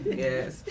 yes